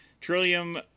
Trillium